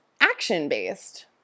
action-based